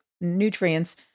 nutrients